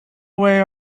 away